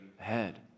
ahead